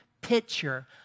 picture